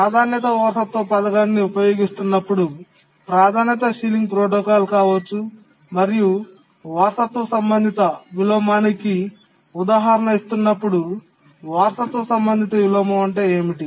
ప్రాధాన్యత వారసత్వ పథకాన్ని ఉపయోగిస్తున్నప్పుడు ప్రాధాన్యత సీలింగ్ ప్రోటోకాల్ కావచ్చు మరియు వారసత్వ సంబంధిత విలోమానికి ఉదాహరణ ఇస్తున్నప్పుడు వారసత్వ సంబంధిత విలోమం అంటే ఏమిటి